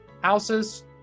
houses